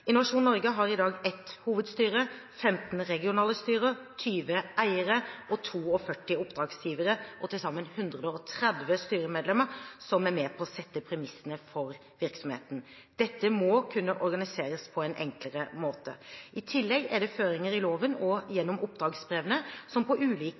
Innovasjon Norge har i dag ett hovedstyre, 15 regionale styrer, 20 eiere og 42 oppdragsgivere og til sammen 130 styremedlemmer som er med på å sette premissene for virksomheten. Dette må kunne organiseres på en enklere måte. I tillegg er det føringer i loven og gjennom oppdragsbrevene som på ulike